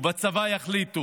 יחליטו, בצבא יחליטו